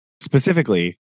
specifically